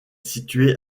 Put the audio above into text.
situé